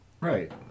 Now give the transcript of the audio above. Right